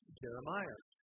jeremiah